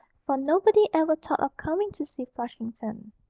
for nobody ever thought of coming to see flushington.